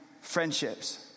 friendships